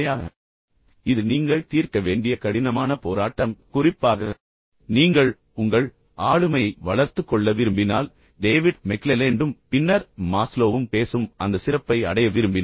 உண்மையில் இது நீங்கள் தீர்க்க வேண்டிய கடினமான போராட்டம் என்று நான் உங்களுக்குச் சொல்கிறேன் குறிப்பாக நீங்கள் உங்கள் ஆளுமையை வளர்த்துக் கொள்ள விரும்பினால் டேவிட் மெக்லெலேண்டும் பின்னர் மாஸ்லோவும் பேசும் அந்த சிறப்பை அடைய விரும்பினால்